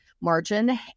margin